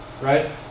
right